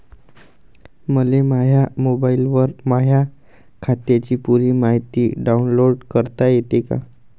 मले माह्या मोबाईलवर माह्या खात्याची पुरी मायती डाऊनलोड करता येते का?